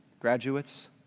graduates